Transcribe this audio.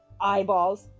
eyeballs